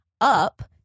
up